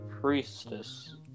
Priestess